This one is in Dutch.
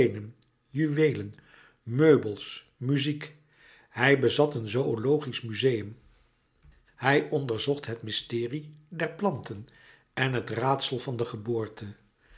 juweelen meubels muziek hij bezat een zoölogisch muzeum hij onderzocht het mysterie der planten en het raadsel van de geboorte